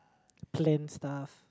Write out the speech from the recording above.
plain stuff